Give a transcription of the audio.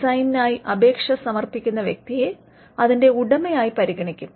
ഡിസൈനിനായി അപേക്ഷ സമർപ്പിക്കുന്ന വ്യക്തിയെ അതിന്റെ ഉടമയായി പരിഗണിക്കും